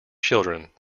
children